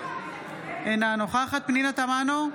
אינה נוכחת פנינה תמנו,